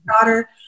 daughter